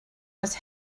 was